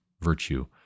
virtue